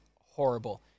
horrible